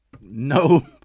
no